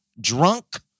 drunk